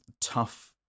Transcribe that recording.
tough